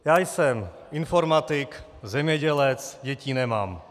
Já jsem informatik, zemědělec, děti nemám.